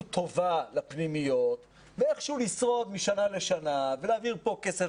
טובה לפנימיות ואיכשהו לשרוד משנה לשנה ולהעביר פה כסף,